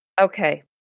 Okay